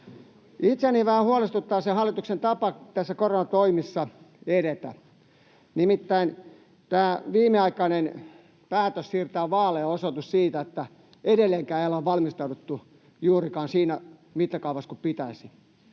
Itseäni vähän huolestuttaa hallituksen tapa edetä näissä koronatoimissa, nimittäin tämä viimeaikainen päätös siirtää vaaleja on osoitus siitä, että edelleenkään ei olla valmistauduttu juurikaan siinä mittakaavassa kuin pitäisi.